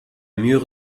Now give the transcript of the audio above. mur